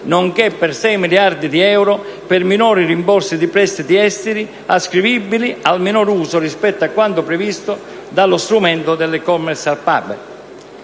nonché, per 6 miliardi di euro, per minori rimborsi di prestiti esteri ascrivibili al minor uso, rispetto a quanto previsto, dello strumento delle *commercial